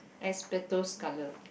asbestos colour